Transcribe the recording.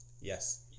Yes